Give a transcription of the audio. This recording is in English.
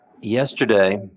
Yesterday